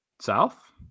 South